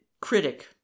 critic